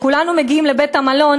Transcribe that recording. כשכולנו מגיעים לבית-מלון,